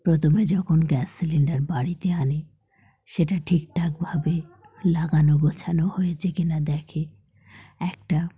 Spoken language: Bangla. প্রথমে যখন গ্যাস সিলিন্ডার বাড়িতে আনে সেটা ঠিকঠাকভাবে লাগানো গোছানো হয়েছে কি না দেখে একটা